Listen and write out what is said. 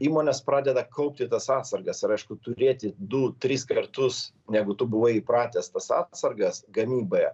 įmonės pradeda kaupti tas atsargas ir aišku turėti du tris kartus negu tu buvai įpratęs tas atsargas gamyboje